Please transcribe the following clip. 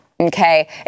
Okay